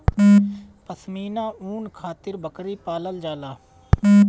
पश्मीना ऊन खातिर बकरी पालल जाला